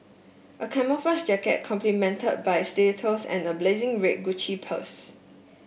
a camouflage jacket complemented by stilettos and a blazing red Gucci purse